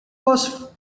was